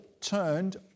turned